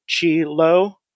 Chi-Lo